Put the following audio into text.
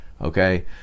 Okay